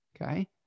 Okay